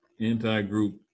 anti-group